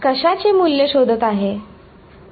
कशाचे मूल्य शोधत आहे